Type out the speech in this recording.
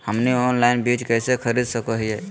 हमनी ऑनलाइन बीज कइसे खरीद सको हीयइ?